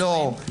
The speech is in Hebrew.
לא,